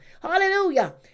hallelujah